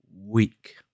week